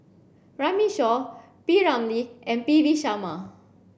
Runme Shaw P Ramlee and P V Sharma